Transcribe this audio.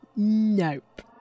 Nope